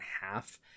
half